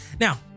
Now